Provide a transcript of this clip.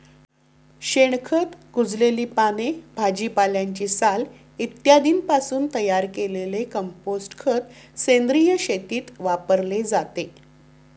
शेणखत, कुजलेली पाने, भाजीपाल्याची साल इत्यादींपासून तयार केलेले कंपोस्ट खत सेंद्रिय शेतीत वापरले जाते